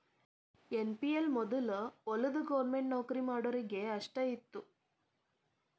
NPS ಮೊದಲ ವೊದಲ government ನೌಕರಿ ಮಾಡೋರಿಗೆ ಅಷ್ಟ ಇತ್ತು